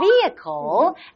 vehicle